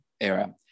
era